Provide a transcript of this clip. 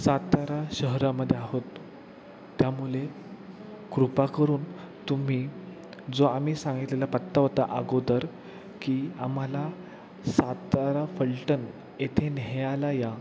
सातारा शहरामध्ये आहोत त्यामुळे कृपा करून तुम्ही जो आम्ही सांगितलेला पत्ता होता आगोदर की आम्हाला सातारा फलटण येथे न्यायला या